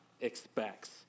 expects